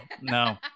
no